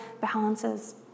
balances